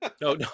no